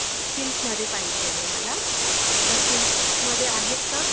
सिल्कमध्ये पाहिजे आहे मला तर सिल्कमध्ये आहेत का